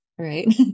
Right